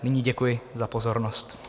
Nyní děkuji za pozornost.